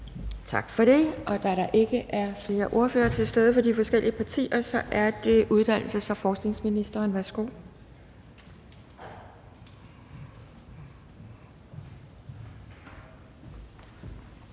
Tak for det. Da der ikke er flere ordførere til stede fra de forskellige partier, er det uddannelses- og forskningsministeren. Værsgo.